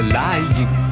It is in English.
lying